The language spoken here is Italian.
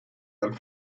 dal